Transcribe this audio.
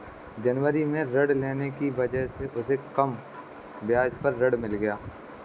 जनवरी में ऋण लेने की वजह से उसे कम ब्याज पर ऋण मिल गया